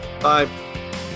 Bye